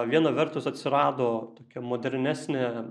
viena vertus atsirado tokia modernesnė